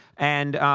and